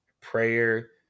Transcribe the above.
prayer